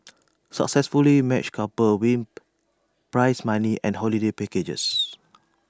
successfully matched couples win prize money and holiday packages